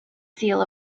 seal